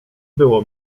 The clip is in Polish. było